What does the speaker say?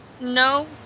no